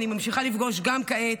ואני ממשיכה לפגוש גם כעת,